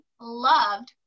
loved